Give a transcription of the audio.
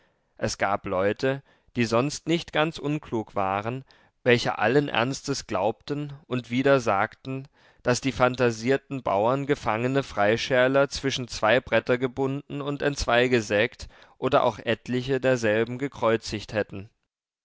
es gab leute die sonst nicht ganz unklug waren welche allen ernstes glaubten und wieder sagten daß die fanatisierten bauern gefangene freischärler zwischen zwei bretter gebunden und entzweigesägt oder auch etliche derselben gekreuzigt hätten